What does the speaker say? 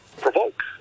provoke